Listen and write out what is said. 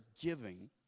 giving